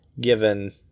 given